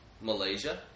Malaysia